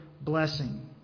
blessing